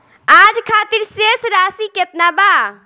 आज खातिर शेष राशि केतना बा?